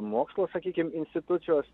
mokslo sakykim institucijos